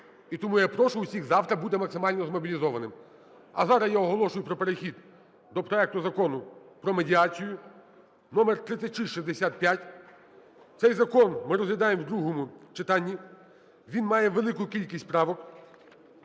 І тому я прошу всіх завтра бути максимально змобілізованим. А зараз я оголошую про перехід до проекту Закону про медіацію (№ 3665). Цей закон ми розглядаємо в другому читанні. Він має велику кількість правок